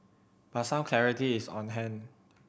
but some clarity is on hand